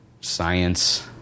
science